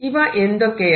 ഇവ എന്തൊക്കെയാണ്